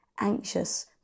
anxious